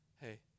hey